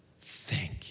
thank